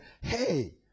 Hey